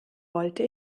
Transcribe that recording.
wollte